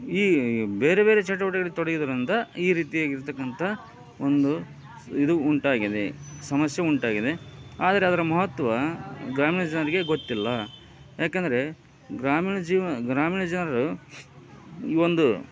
ಈ ಬೇರೆ ಬೇರೆ ಚಟುವಟಿಕೆಗಳಲ್ಲಿ ತೊಡಗಿದರಂತ ಈ ರೀತಿಯಾಗಿರ್ತಕ್ಕಂಥ ಒಂದು ಇದು ಉಂಟಾಗಿದೆ ಸಮಸ್ಯೆ ಉಂಟಾಗಿದೆ ಆದರೆ ಅದರ ಮಹತ್ವ ಗ್ರಾಮೀಣ ಜನರಿಗೆ ಗೊತ್ತಿಲ್ಲ ಯಾಕಂದರೆ ಗ್ರಾಮೀಣ ಜೀವ ಗ್ರಾಮೀಣ ಜನರು ಈ ಒಂದು